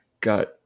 got